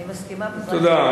אני מסכימה, תודה.